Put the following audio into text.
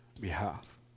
behalf